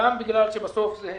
גם בגלל שבסוף אלה